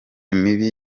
mibi